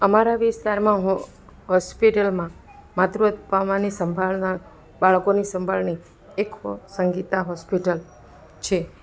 અમારા વિસ્તારમાં હો હોસ્પિટલમાં માતૃત્વ પામવાની સંભાળના બાળકોની સંભાળની એક હો સંગિતા હોસ્પિટલ છે